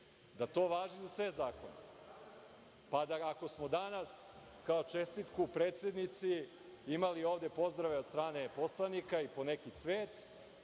da to važi za sve zakone. Ako smo danas kao čestitku predsednici, imali ovde pozdrave od strane poslanika i po neki cvet,